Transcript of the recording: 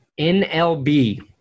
NLB